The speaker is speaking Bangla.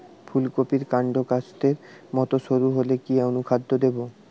ফুলকপির কান্ড কাস্তের মত সরু হলে কি অনুখাদ্য দেবো?